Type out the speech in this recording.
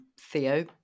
Theo